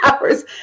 hours